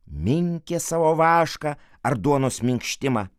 minkė savo vašką ar duonos minkštimą